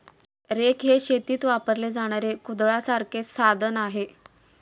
rake हे शेतीत वापरले जाणारे कुदळासारखे साधन आहे